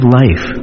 life